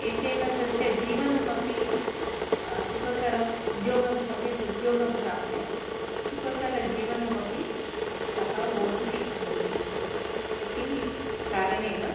एतेन तस्य जीवनमपि सुखकरम् उद्योगं सम्यक् उद्योगं प्राप्य सुखकरजीवनमपि सः वोढुं शक्नोति इति कारणेन